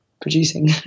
producing